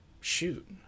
shoot